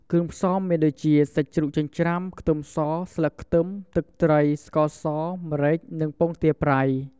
គ្រឿងផ្សំមានដូចជា សាច់ជ្រូកចិញ្ច្រាំ ខ្ទឹមស ស្លឹកខ្ទឹម ទឹកត្រី ស្ករស ម្រេច និងពងទាប្រៃ។